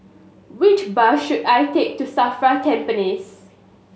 which bus should I take to SAFRA Tampines